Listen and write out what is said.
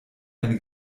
eine